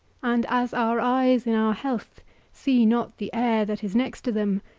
and as our eyes in our health see not the air that is next them,